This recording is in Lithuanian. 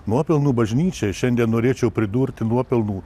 nuopelnų bažnyčiai šiandien norėčiau pridurti nuopelnų